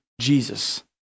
Jesus